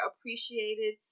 appreciated